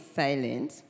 silent